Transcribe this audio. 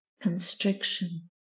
constriction